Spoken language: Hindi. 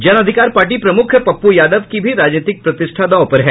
जन अधिकार पार्टी प्रमुख पप्प् यादव की भी राजनीतिक प्रतिष्ठा दांव पर है